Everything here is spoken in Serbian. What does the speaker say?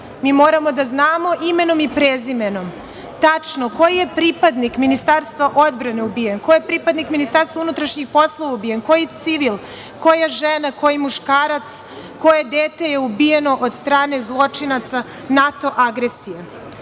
moramo da znamo imenom i prezimenom tačno koji je pripadnik Ministarstva odbrane ubijen, koji je pripadnik MUP-a ubijen, koji civil, koja žena, koji muškarac, koje dete je ubijeno od strane zločinaca NATO agresije. Da